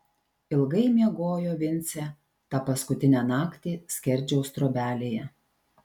ilgai miegojo vincė tą paskutinę naktį skerdžiaus trobelėje